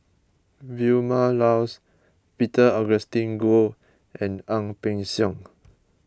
Vilma Laus Peter Augustine Goh and Ang Peng Siong